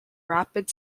rapid